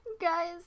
Guys